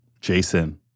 Jason